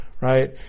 right